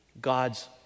God's